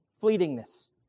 fleetingness